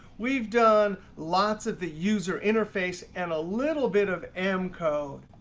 we've done lots of the user interface and a little bit of m code.